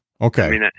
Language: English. okay